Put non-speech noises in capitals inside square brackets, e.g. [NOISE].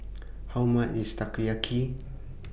How much IS Takoyaki [NOISE]